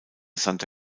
santa